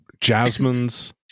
Jasmine's